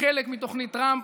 כחלק מתוכנית טראמפ,